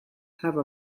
have